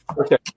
Okay